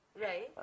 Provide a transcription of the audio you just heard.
Right